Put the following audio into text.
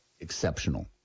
exceptional